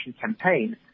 campaign